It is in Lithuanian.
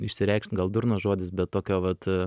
išsireikšt gal durnas žodis bet tokio vat